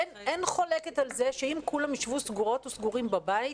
אין חולקת על זה שאם כולם ישבו סגורות וסגורים בבית,